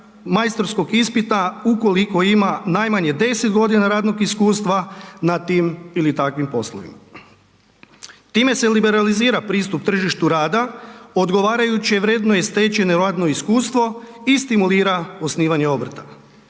majstorskog ispita ukoliko ima najmanje 10.g. radnog iskustva na tim ili takvim poslovima. Time se liberalizira pristup tržištu rada, odgovarajuće vrednuje stečeno radno iskustvo i stimulira osnivanje obrta.